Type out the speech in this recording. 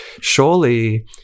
surely